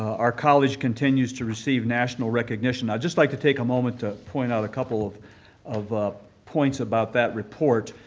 our college continues to receive national recognition. i'd just like to take a moment to point out a couple of of ah points about that report.